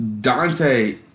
Dante